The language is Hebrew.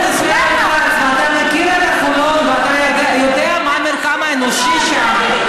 אתה מכיר את חולון, אתה יודע מה מרקם האנשים שם.